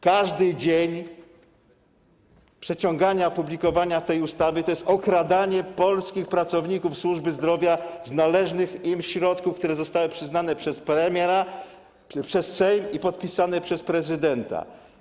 Każdy dzień przeciągania opublikowania tej ustawy to jest okradanie polskich pracowników służby zdrowia z należnych im środków, które zostały przyznane przez Sejm, co zostało podpisane przez prezydenta.